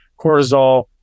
cortisol